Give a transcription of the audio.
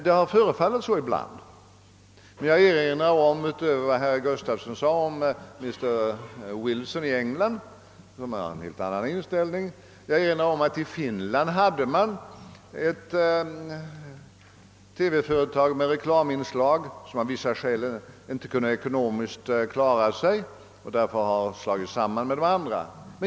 Det har förefallit så ibland. Men jag erinrar liksom herr Gustafson i Göteborg om Mr. Wilson i England, som har en helt annan inställning. I Finland hade man ett TV-företag med reklaminslag, som av vissa skäl inte kunde ekonomiskt klara sig utan har slagits samman med de andra.